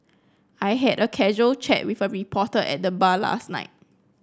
I had a casual chat with a reporter at the bar last night